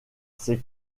ses